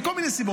מכל מיני סיבות,